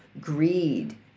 greed